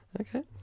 okay